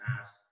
ask